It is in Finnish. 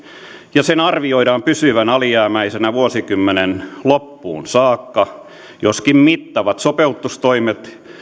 ja sen arvioidaan pysyvän alijäämäisenä vuosikymmenen loppuun saakka joskin mittavat sopeutustoimet